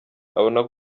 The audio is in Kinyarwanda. abona